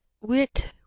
wit